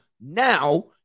Now